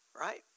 right